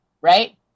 right